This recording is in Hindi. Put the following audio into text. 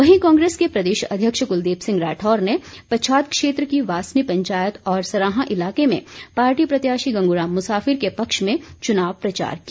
वहीं कांग्रेस के प्रदेश अध्यक्ष कलदीप सिंह राठौर ने पच्छाद क्षेत्र की वासनी पंचायत और सराहां इलाके में पार्टी प्रत्याशी गंगू राम मुसाफिर के पक्ष में चुनाव प्रचार किया